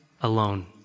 alone